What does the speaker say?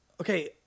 Okay